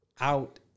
out